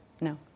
no